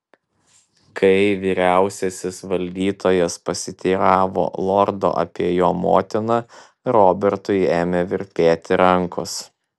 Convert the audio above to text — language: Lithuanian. kai vyriausiasis valdytojas pasiteiravo lordo apie jo motiną robertui ėmė virpėti rankos